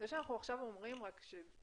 אם אנחנו אומרים כאן